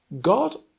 God